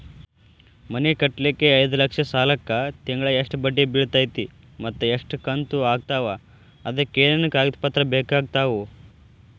ಮನಿ ಕಟ್ಟಲಿಕ್ಕೆ ಐದ ಲಕ್ಷ ಸಾಲಕ್ಕ ತಿಂಗಳಾ ಎಷ್ಟ ಬಡ್ಡಿ ಬಿಳ್ತೈತಿ ಮತ್ತ ಎಷ್ಟ ಕಂತು ಆಗ್ತಾವ್ ಅದಕ ಏನೇನು ಕಾಗದ ಪತ್ರ ಬೇಕಾಗ್ತವು?